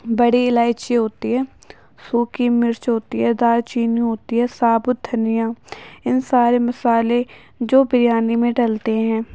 بڑی الائچی ہوتی ہے سوکھی مرچ ہوتی ہے دال چینی ہوتی ہے ثابت دھنیا ان سارے مصالحے جو بریانی میں ڈلتے ہیں